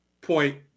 point